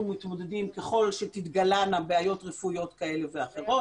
מתמודדים ככל שתתגלינה בעיות רפואיות כאלה ואחרות,